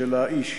של האיש.